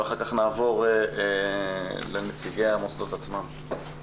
ואחר כך נעבור לנציגי המוסדות עצמם.